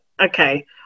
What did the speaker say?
okay